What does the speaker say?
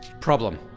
Problem